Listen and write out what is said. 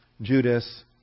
Judas